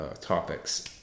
topics